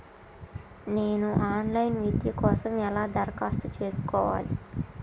నేను online విద్య కోసం ఎలా దరఖాస్తు చేసుకోవాలి?